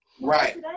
right